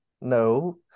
No